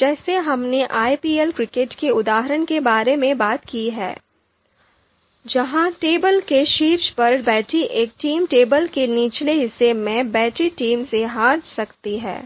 जैसे हमने IPL cricket के उदाहरण के बारे में बात की है जहां टेबल के शीर्ष पर बैठी एक टीम टेबल के निचले हिस्से में बैठी टीम से हार सकती है